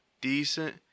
decent